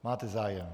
Máte zájem.